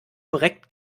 korrekt